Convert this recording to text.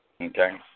Okay